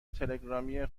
تلگرامی